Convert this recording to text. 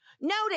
Notice